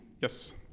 Yes